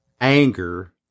anger